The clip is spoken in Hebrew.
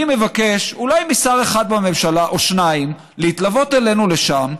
אני מבקש אולי משר אחד בממשלה או שניים להתלוות אלינו לשם.